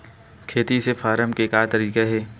खेती से फारम के का तरीका हे?